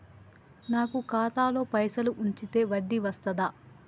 నాకు ఖాతాలో పైసలు ఉంచితే వడ్డీ వస్తదా?